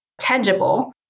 tangible